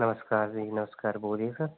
नमस्कार जी नमस्कार बोलिए सर